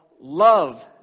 love